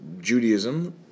Judaism